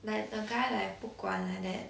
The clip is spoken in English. like the guy like 不管 like that